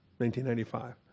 1995